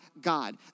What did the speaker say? God